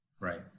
Right